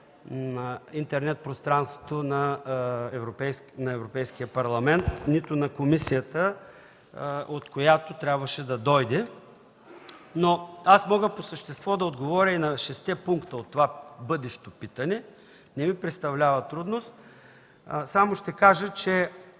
в интернет пространството на Европейския парламент, нито на комисията, от която трябваше да дойде. Мога по същество да отговоря и на шестте пункта от това бъдещо питане, не ми представлява трудност. Само ще кажа, че